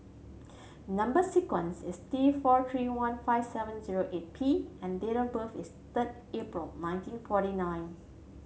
number sequence is T four three one five seven zero eight P and date of birth is third April nineteen forty nine